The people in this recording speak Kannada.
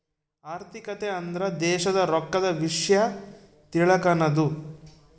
ಆರ್ಥಿಕತೆ ಅಂದ್ರ ದೇಶದ್ ರೊಕ್ಕದ ವಿಷ್ಯ ತಿಳಕನದು